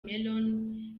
meron